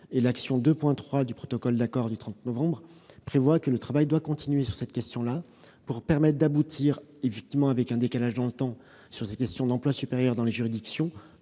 L'action 2.3 du protocole d'accord prévoit que le travail doit continuer sur cette question, pour aboutir- effectivement avec un décalage dans le temps -sur ces questions d'emplois supérieurs dans les juridictions.